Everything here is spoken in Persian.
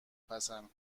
پسند